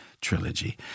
trilogy